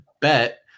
bet